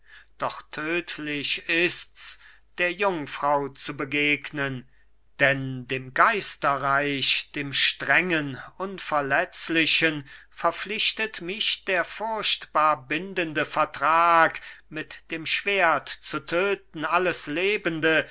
doch tödlich ists der jungfrau zu begegnen denn dem geisterreich dem strengen unverletzlichen verpflichtet mich der furchtbar bindende vertrag mit dem schwert zu töten alles lebende